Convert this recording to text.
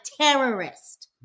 terrorist